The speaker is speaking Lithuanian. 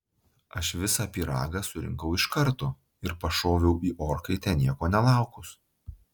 aš visą pyragą surinkau iš karto ir pašoviau į orkaitę nieko nelaukus